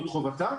זו חובתה.